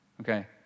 okay